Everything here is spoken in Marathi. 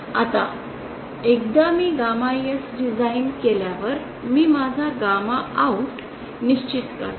आता एकदा मी गॅमा S डिझाइन केल्यावर मी माझा गॅमा आउट निश्चित करतो